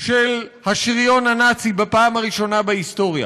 של השריון הנאצי בפעם הראשונה בהיסטוריה,